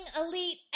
elite